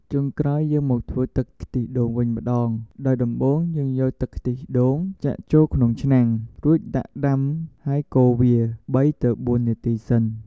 ចុងក្រោយយើងមកធ្វើទឹកខ្ទះដូងវិញម្តងដោយដំបូងយើងយកទឹកខ្ទះដូងចាក់ចូលក្នុងឆ្នាំងរួចដាក់ដាំហើយកូរវា ៣ ទៅ ៤ នាទីសិន។